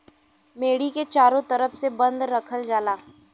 मेड़ी के चारों तरफ से बंद रखल जाला